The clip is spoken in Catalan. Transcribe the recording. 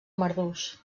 marduix